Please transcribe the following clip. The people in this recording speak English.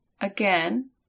Again